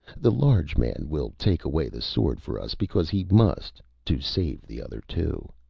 the large man will take away the sword for us because he must to save the other two.